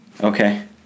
Okay